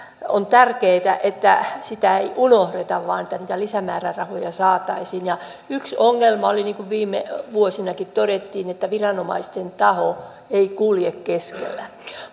on tärkeätä että sitä ei unohdeta vaan niitä lisämäärärahoja saataisiin yksi ongelma oli niin kuin viime vuosinakin todettiin että viranomaisten taho ei kulje keskellä